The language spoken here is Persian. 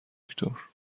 دکتر